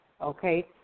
Okay